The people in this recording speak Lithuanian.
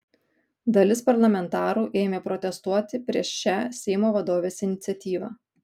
dalis parlamentarų ėmė protestuoti prieš šią seimo vadovės iniciatyvą